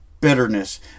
bitterness